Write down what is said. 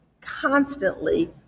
constantly